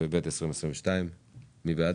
התשפ"ב 2022. מי בעד,